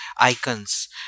icons